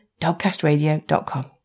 dogcastradio.com